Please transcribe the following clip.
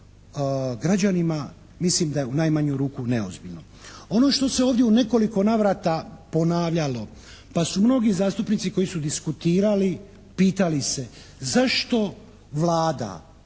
građanima, mislim da je u najmanju ruku neozbiljno. Ono što se ovdje u nekoliko navrata ponavljalo pa su mnogi zastupnici koji su diskutirali pitali se, zašto Vlada,